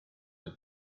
have